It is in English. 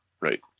Right